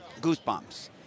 goosebumps